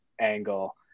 angle